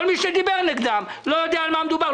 כל מי שדיבר נגדם לא יודע על מה מדובר,